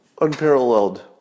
unparalleled